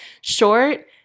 short